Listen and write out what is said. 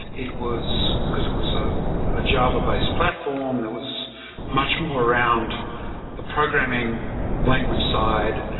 it was because it was ah a java-based platform that was much more around the programming language side.